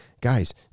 guys